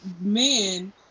man